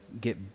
get